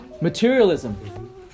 Materialism